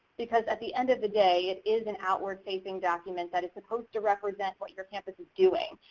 because at the end of the day it is an outward facing document that is supposed to represent what your campus is doing.